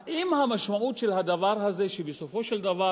האם המשמעות של הדבר הזה שבסופו של דבר